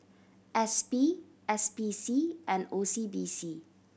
S P S P C and O C B C